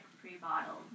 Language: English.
pre-bottled